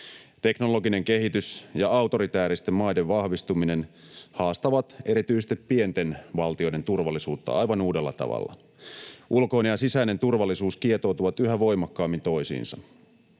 Teknologinen kehitys ja autoritääristen maiden vahvistuminen haastavat erityisesti pienten valtioiden turvallisuutta aivan uudella tavalla. Ulkoinen ja sisäinen turvallisuus kietoutuvat yhä voimakkaammin toisiinsa.